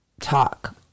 talk